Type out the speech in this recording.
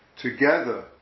together